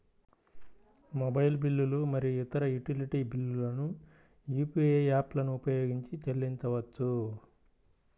mobile బిల్లులు మరియు ఇతర యుటిలిటీ బిల్లులను యూ.పీ.ఐ యాప్లను ఉపయోగించి చెల్లించవచ్చు